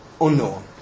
unknown